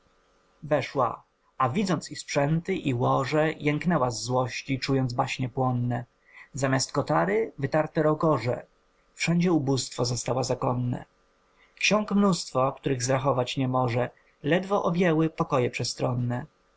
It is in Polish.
weszła a widząc i sprzęty i łoże jęknęła z złości czując baśnie płonne zamiast kotary wytarte rogoże wszędzie ubóstwo zastała zakonne xiąg mnóstwo których zrachować nie może ledwo objęły pokoje przestronne